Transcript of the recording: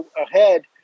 ahead